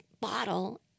bottle